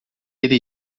ele